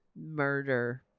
murder